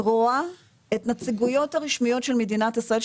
רואה את הנציגויות הרשמיות של מדינת ישראל,